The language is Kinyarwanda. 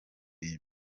iyi